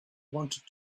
wanted